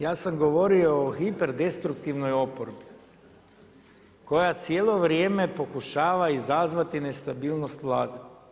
Ja sam govorio o hiperdestruktivnoj oporbi koja cijelo vrijeme pokušava izazvati nestabilnost Vlade.